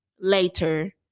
later